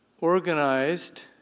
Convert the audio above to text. organized